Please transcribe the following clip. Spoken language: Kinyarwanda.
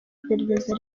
iperereza